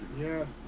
yes